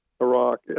Iraq